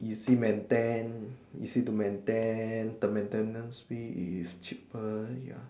easy maintain easy to maintain the maintenance fee is cheaper